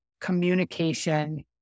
communication